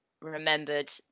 remembered